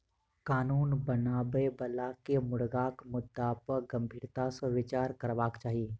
कानून बनाबय बला के मुर्गाक मुद्दा पर गंभीरता सॅ विचार करबाक चाही